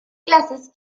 clases